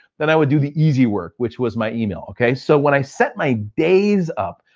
then i would do the easy work, which was my email. okay, so when i set my days up,